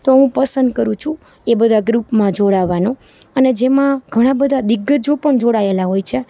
તો હું પસંદ કરું છું એ બધા ગ્રુપમાં જોડાવવાનું અને જેમાં ઘણા બધા દિગ્જ્જો પણ જોડાયેલા હોય છે